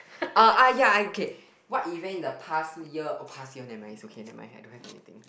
ah ah ya I okay what event in the past year oh past year never mind it's okay never mind I don't have anything